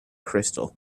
crystal